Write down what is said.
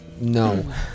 No